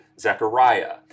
Zechariah